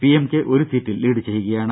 PMK ഒരു സീറ്റിൽ lead ചെയ്യുകയാണ്